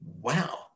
wow